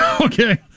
okay